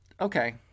okay